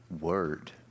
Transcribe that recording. word